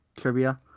trivia